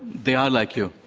they are like you.